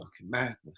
madness